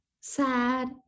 sad